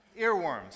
earworms